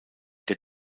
der